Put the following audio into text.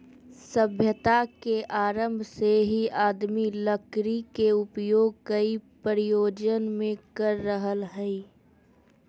सभ्यता के आरम्भ से ही आदमी लकड़ी के उपयोग कई प्रयोजन मे कर रहल हई